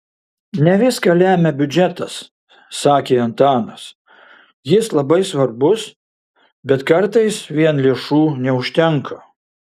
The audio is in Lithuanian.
ne viską lemia biudžetas sakė antanas jis labai svarbus bet kartais vien lėšų neužtenka